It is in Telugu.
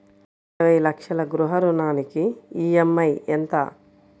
ఇరవై లక్షల గృహ రుణానికి ఈ.ఎం.ఐ ఎంత?